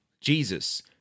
Jesus